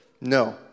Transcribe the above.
No